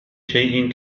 شيء